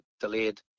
delayed